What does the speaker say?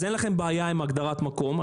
אז אין לכם בעיה עם הגדרת המקום.